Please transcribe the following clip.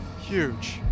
huge